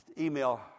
email